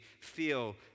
feel